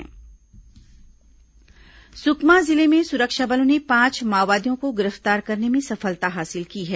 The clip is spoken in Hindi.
माओवादी गिरफ्तार सुकमा जिले में सुरक्षा बलों ने पांच माओवादियों को गिरफ्तार करने में सफलता हासिल की है